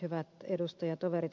hyvät edustajatoverit